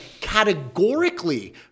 categorically